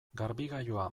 garbigailua